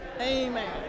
Amen